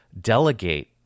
delegate